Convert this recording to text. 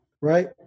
Right